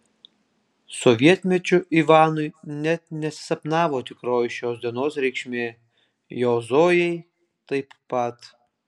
sovietmečiu ivanui net nesisapnavo tikroji šios dienos reikšmė jo zojai taip pat